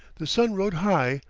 the sun rode high,